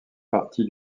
parti